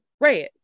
right